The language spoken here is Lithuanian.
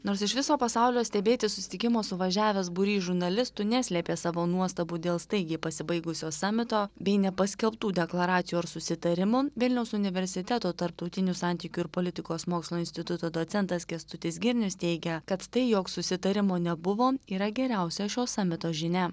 nors iš viso pasaulio stebėti susitikimo suvažiavęs būrys žurnalistų neslėpė savo nuostabų dėl staigiai pasibaigusio samito bei nepaskelbtų deklaracijų ar susitarimų vilniaus universiteto tarptautinių santykių ir politikos mokslų instituto docentas kęstutis girnius teigia kad tai jog susitarimo nebuvo yra geriausia šio samito žinia